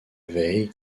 veille